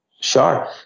Sure